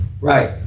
right